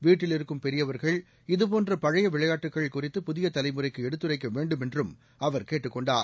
வீட்டில் இருக்கும் பெரியவா்கள் இதுபோன்ற பழைய விளையாட்டுக்கள குறித்து புதிய தலைமுறைக்கு எடுத்துரைக்க வேண்டுமென்றும் அவர் கேட்டுக் கொண்டார்